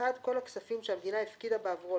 (1)כל הכספים שהמדינה הפקידה בעבורו